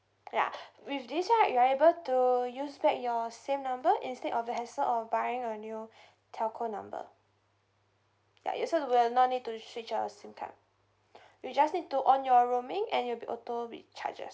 ya with this right you are able to use back your same number instead of the hassle of buying a new telco number ya so you will not need to switch a sim card you just need to on your roaming and you'll be auto recharges